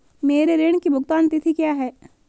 मेरे ऋण की भुगतान तिथि क्या है?